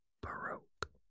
Baroque